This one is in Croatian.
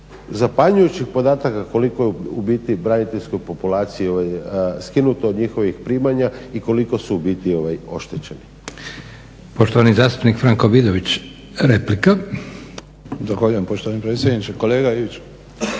zapanjujućeg podataka koliko u biti braniteljske populacije skinuto od njihovih primanja i koliko su u biti oštećeni.